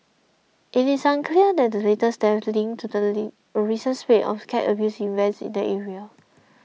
it is unclear that the latest death is linked to a recent spate of cat abuse incidents in the area